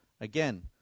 Again